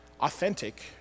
authentic